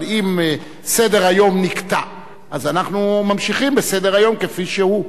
אבל אם סדר-היום נקטע אנחנו ממשיכים בסדר-היום כפי שהוא.